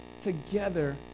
together